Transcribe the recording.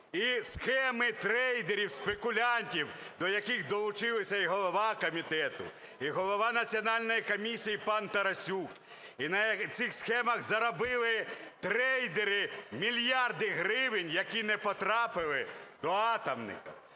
І схеми трейдерів, спекулянтів, до яких долучилися і голова комітету, і голова Національної комісії пан Тарасюк, і на цих схемах заробили трейдери мільярди гривень, які не потрапили до атомників,